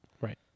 Right